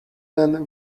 than